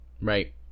Right